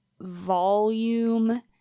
volume